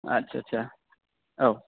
आत्सा सा औ